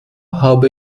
habe